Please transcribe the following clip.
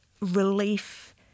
relief